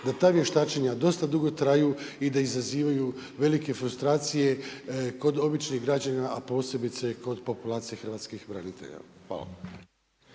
da ta vještačenja dosta dugo traju i da izazivaju velike frustracije kod običnih građana, a posebice kod populacije hrvatskih branitelja.